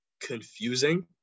confusing